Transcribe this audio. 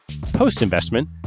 Post-investment